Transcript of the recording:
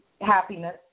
happiness